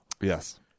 Yes